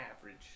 average